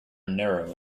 narrow